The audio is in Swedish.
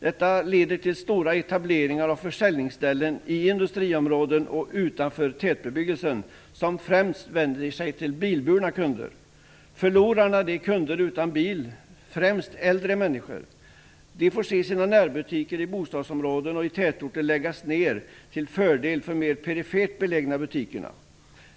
Detta leder till stora etableringar av försäljningsställen i industriområden och utanför tätbebyggelse som främst vänder sig till bilburna kunder. Förlorarna är kunder utan bil, främst äldre människor. De får se sina närbutiker i bostadsområden och tätorter läggas ned till fördel för mer perifert belägna butiker.